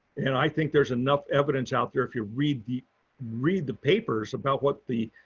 and i think there's enough evidence out there if you read, the read the papers about what the